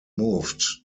moved